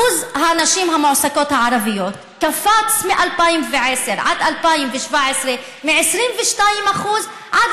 שיעור הנשים המועסקות הערביות קפץ מ-2010 עד 2017 מ-22% עד